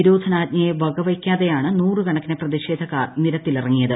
നിരോധനാജ്ഞയെ വകവയ്ക്കാതെയാണ് നൂറുകണക്കിന് പ്രതിഷേധക്കാർ നിരത്തിലിറങ്ങിയത്